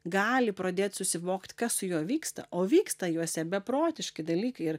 gali pradėt susivokt kas su juo vyksta o vyksta juose beprotiški dalykai ir